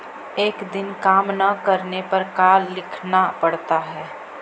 एक दिन काम न करने पर का लिखना पड़ता है?